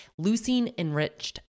Leucine-enriched